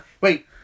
Wait